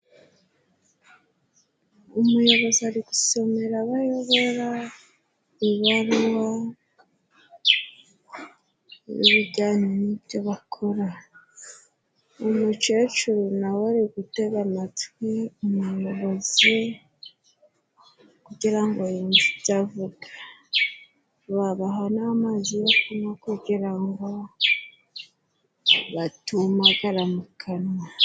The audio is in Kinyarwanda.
Umuyobozi ari gusomera abayobora ibaruwa bijyanye n'ibyo bakora. Umukecuru nawe ari gutega amatwi umuyobozi kugira ngo yumve ibyo avuga. Babaha n'amazi yo kunywa kugira ngo batumagara mu kanwa.